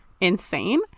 Insane